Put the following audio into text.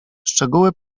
szczegóły